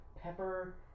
pepper